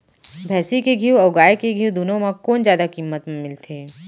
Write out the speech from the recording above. भैंसी के घीव अऊ गाय के घीव दूनो म कोन जादा किम्मत म मिलथे?